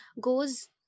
goes